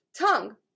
tongue